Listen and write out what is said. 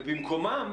ובמקומם,